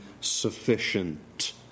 sufficient